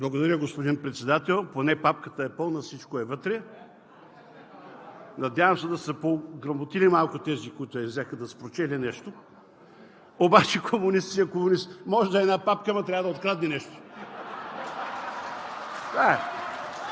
Благодаря, господин Председател. Поне папката е пълна, всичко е вътре. Надявам се да са се поограмотили малко тези, които я взеха, да са прочели нещо. Обаче комунистът си е комунист – може да е една папка, ама трябва да открадне нещо.